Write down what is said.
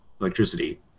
electricity